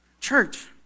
Church